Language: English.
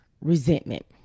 resentment